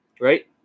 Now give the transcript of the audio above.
right